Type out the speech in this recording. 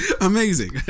Amazing